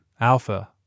Alpha